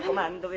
london.